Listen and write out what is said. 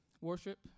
worship